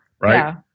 right